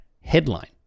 headline